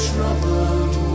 Troubled